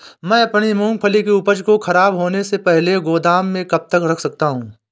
मैं अपनी मूँगफली की उपज को ख़राब होने से पहले गोदाम में कब तक रख सकता हूँ?